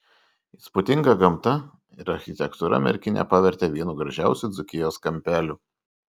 įspūdinga gamta ir architektūra merkinę pavertė vienu gražiausių dzūkijos kampelių